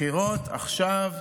בחירות עכשיו.